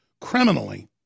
criminally